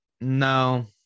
No